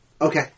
Okay